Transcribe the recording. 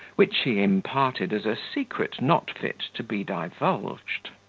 which he imparted as a secret not fit to be divulged.